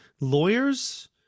Lawyers